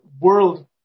world